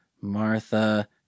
Martha